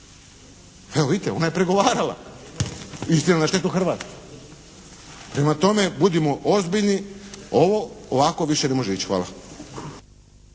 Evo vidite, ona je pregovarala. Istina, na štetu Hrvatske. Prema tome, budimo ozbiljni. Ovo ovako više ne može ići. Hvala.